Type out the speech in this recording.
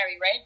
right